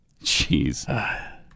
Jeez